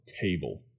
table